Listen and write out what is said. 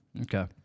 Okay